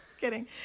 kidding